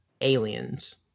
Aliens